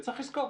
וצריך לזכור,